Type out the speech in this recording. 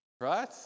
right